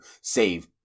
save—